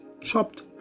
chopped